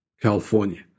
California